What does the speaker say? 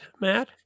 Matt